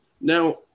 Now